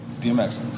DMX